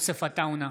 יוסף עטאונה,